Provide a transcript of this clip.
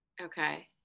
Okay